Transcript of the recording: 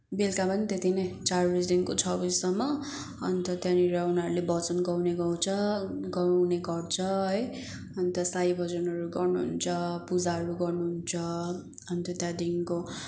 बेलुका पनि त्यति नै चार बजीदेखि छ बजीसम्म अन्त त्यहाँनिर उनीहरूले भजन गाउने गाउँछ गाउने गर्छ है अन्त साई भजनहरू गर्नुहुन्छ पुजाहरू गर्नुहुन्छ अन्त त्यहाँदेखिको